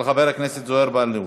של חבר הכנסת זוהיר בהלול.